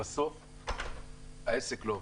בסוף העסק לא עובד.